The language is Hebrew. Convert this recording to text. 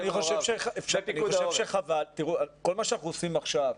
כל מה שאנחנו עושים עכשיו,